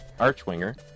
Archwinger